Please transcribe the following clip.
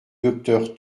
docteur